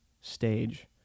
stage